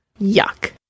Yuck